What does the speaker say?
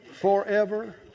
forever